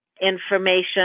information